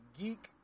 geek